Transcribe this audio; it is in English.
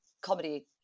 comedy